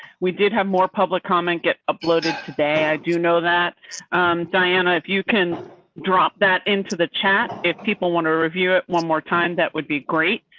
we did have more public comment get uploaded today. i do know that diana, if you can drop that into the chat, if people want to review it one more time, that would be great.